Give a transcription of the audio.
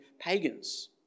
pagans